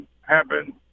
happen